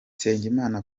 nsengimana